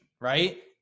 right